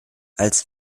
als